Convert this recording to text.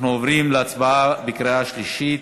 אנחנו עוברים להצבעה בקריאה שלישית.